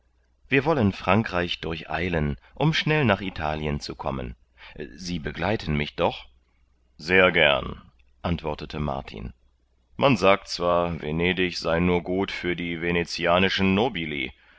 wir wollen frankreich durcheilen um schnell nach italien zu kommen sie begleiten mich doch sehr gern antwortete martin man sagt zwar venedig sei nur gut für die venetianischen nobili